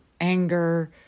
anger